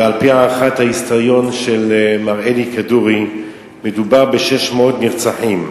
ועל-פי הערכת ההיסטוריון מר אלי כדורי מדובר ב-600 נרצחים,